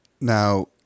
Now